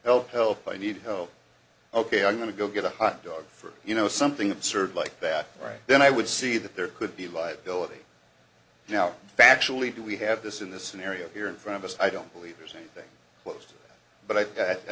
help help i need help ok i'm going to go get a hot dog for you know something absurd like that right then i would see that there could be liability now factually do we have this in the scenario here in front of us i don't believe there's anything close to but i